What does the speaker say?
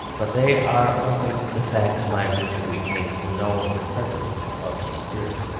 but they are only the facts by which we came to know of the presence of the spirit.